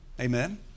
Amen